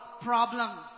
problem